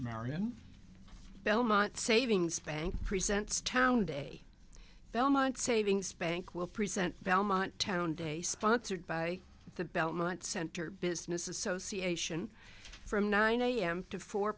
marion belmont savings bank presents town day belmont savings bank will present belmont town day sponsored by the belmont center business association from nine am to four